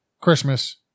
Christmas